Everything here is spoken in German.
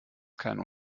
keinen